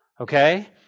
Okay